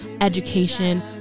education